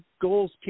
goals